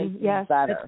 Yes